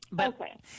Okay